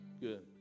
Good